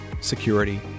security